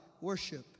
worship